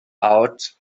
out